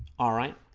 alright